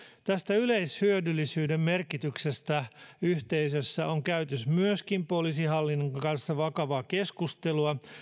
tästä yleishyödyllisyyden merkityksestä yhteisössä on myöskin käyty poliisihallinnon kanssa vakavaa keskustelua